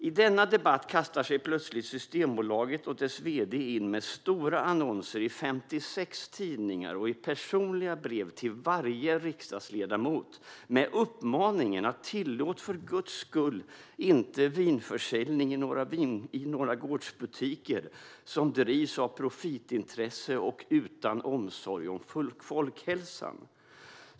I denna debatt kastar sig plötsligt Systembolaget och dess vd in med stora annonser i 56 tidningar och i personliga brev till varje riksdagsledamot med uppmaningen: Tillåt för Guds skull inte vinförsäljning i några gårdsbutiker som drivs av profitintresse och utan omsorg om folkhälsan!